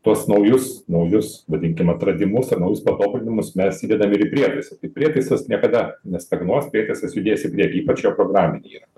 tuos naujus naujus vadinkim atradimus ir naujus patobulinimus mes įdedam ir į prietaisą tai prietaisas niekada nestagnuos prietaisas judės į priekį ypač jo programinė įranga